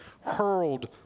hurled